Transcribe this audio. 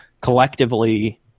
collectively